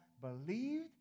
believed